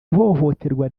ihohoterwa